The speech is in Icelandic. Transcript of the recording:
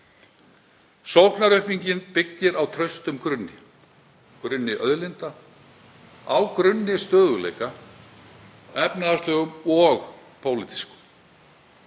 Sóknaraukningin byggir á traustum grunni, grunni auðlinda, á grunni stöðugleika, efnahagslegum og pólitískum,